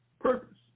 purpose